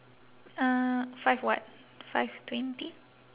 uh five what five twenty